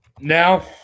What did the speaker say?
now